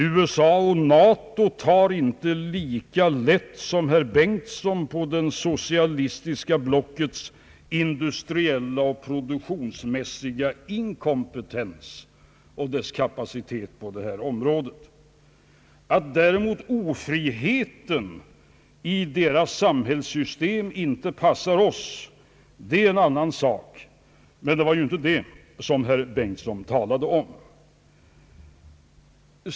USA och NATO tar inte lika lätt som herr Bengtson på det socialistiska blockets industriella och produktionsmässiga kompetens och kapacitet på detta område. Att däremot ofriheten i deras samhällssystem inte passar oss är en annan sak, men det var ju inte det som herr Bengtson talade om.